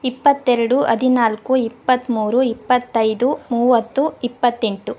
ಇಪ್ಪತ್ತೆರಡು ಹದಿನಾಲ್ಕು ಇಪ್ಪತ್ಮೂರು ಇಪ್ಪತ್ತೈದು ಮೂವತ್ತು ಇಪ್ಪತ್ತೆಂಟು